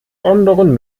anderen